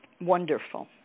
wonderful